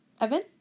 Evan